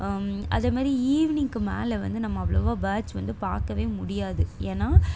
அதே மாதிரி ஈவ்னிங்க்கு மேலே வந்து நம்ம அவ்வளோவா பேர்ட்ஸ் வந்து பார்க்கவே முடியாது ஏன்னால்